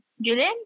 Julian